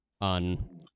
on